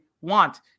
want